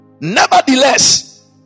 nevertheless